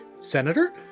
Senator